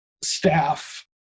staff